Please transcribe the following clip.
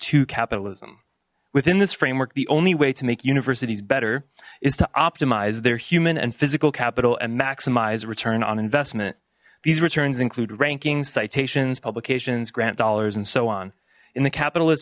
to capitalism within this framework the only way to make universities better is to optimize their human and physical capital and maximize return on investment these returns include rankings citations publications grant dollars and so on in the capitalist